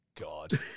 God